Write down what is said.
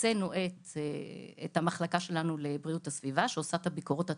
הוצאנו את המחלקה שלנו לבריאות הסביבה שעושה את הביקורות התברואתיות,